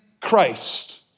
Christ